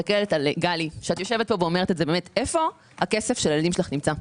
גלי, איפה הכסף של הילדים שלך נמצא?